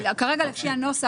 משק המדינה.